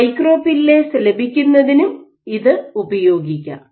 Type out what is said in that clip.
micro pillars ലഭിക്കുന്നതിനും ഇത് ഉപയോഗിക്കാം